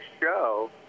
show